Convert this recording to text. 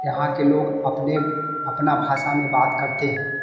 यहाँ के लोग अपने अपनी भाषा में बात करते हैं